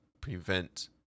prevent